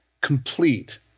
complete